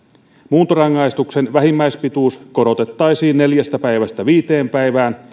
muuntorangaistuksen vähimmäispituus korotettaisiin neljästä päivästä viiteen päivään